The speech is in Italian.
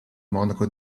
monaco